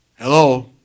Hello